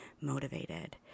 motivated